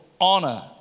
honor